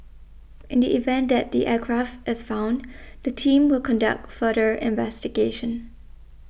in the event that the aircraft is found the team will conduct further investigation